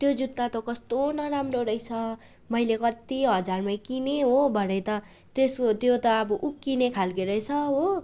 त्यो जुत्ता त कस्तो नराम्रो रैस मैले कत्ति हजारमा किनेँ हो भरै तेसको त्यो त आबो उक्किने खालके रैस हो